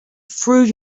through